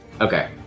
Okay